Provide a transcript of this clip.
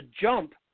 jump